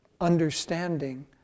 understanding